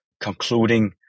concluding